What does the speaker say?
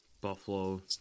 Buffalo